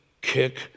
kick